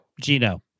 Gino